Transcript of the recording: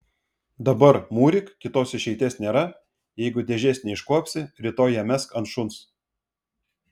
dabar mūryk kitos išeities nėra jeigu dėžės neiškuopsi rytoj ją mesk ant šuns